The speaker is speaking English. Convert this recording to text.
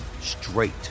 straight